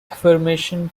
affirmation